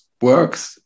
works